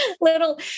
little